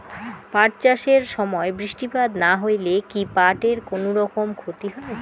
পাট চাষ এর সময় বৃষ্টিপাত না হইলে কি পাট এর কুনোরকম ক্ষতি হয়?